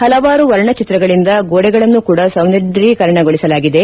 ಹಲವಾರು ವರ್ಣಚಿತ್ರಗಳಿಂದ ಗೋಡೆಗಳನ್ನೂ ಕೂಡ ಸೌಂದರ್ಯೀಕರಣಗೊಳಿಸಲಾಗಿದೆ